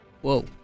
Whoa